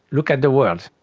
look at the world,